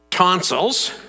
tonsils